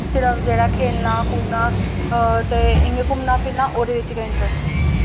सिर्फ जेह्ड़ा खेलना कूदना ते इ'यां घूमना फिरना ते ओह्दे च गै इंटरस्ट ही